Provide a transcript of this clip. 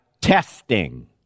testing